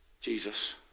Jesus